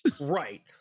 right